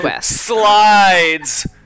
slides